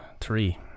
Three